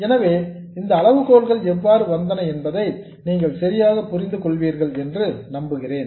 எனவே இந்த அளவுகோல்கள் எவ்வாறு வந்தன என்பதை நீங்கள் சரியாக புரிந்து கொள்வீர்கள் என்று நம்புகிறேன்